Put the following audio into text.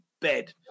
bed